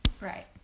Right